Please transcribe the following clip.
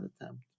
attempt